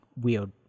weird